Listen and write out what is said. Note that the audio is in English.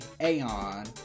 Aeon